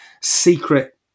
secret